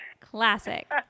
Classic